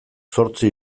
zortzi